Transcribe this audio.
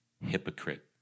hypocrite